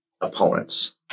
opponents